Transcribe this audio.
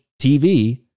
TV